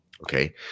Okay